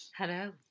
Hello